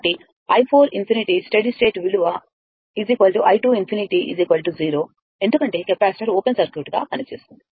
కాబట్టి i4 ∞ steady state విలువ i2∞ 0 ఎందుకంటే కెపాసిటర్ ఓపెన్ సర్క్యూట్గా పనిచేస్తుంది